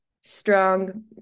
strong